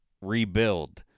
rebuild